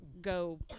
go